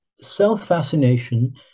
self-fascination